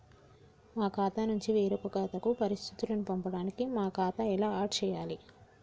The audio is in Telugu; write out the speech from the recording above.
మా ఖాతా నుంచి వేరొక ఖాతాకు పరిస్థితులను పంపడానికి మా ఖాతా ఎలా ఆడ్ చేయాలి?